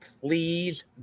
please